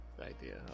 idea